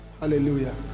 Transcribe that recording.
Hallelujah